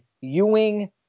Ewing